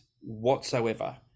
whatsoever